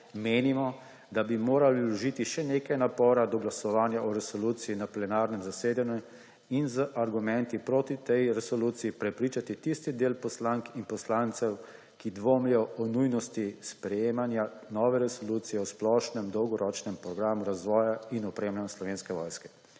menimo, da bi morali vložiti še nekaj napora do glasovanja o resoluciji na plenarnem zasedanju in z argumenti proti tej resoluciji prepričati tisti del poslank in poslancev, ki dvomijo o nujnosti sprejetja nove resolucije o splošnem dolgoročnem programu razvoja in opremljanja Slovenske vojske.